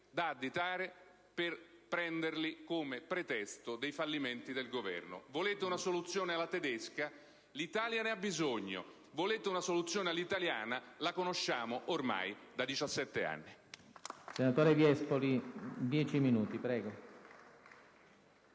da additare per prenderli come pretesto dei fallimenti del Governo. Volete una soluzione alla tedesca? L'Italia ne ha bisogno. Volete una soluzione all'italiana? La conosciamo ormai da 17 anni.